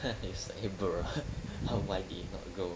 it's like bruh why did it not grow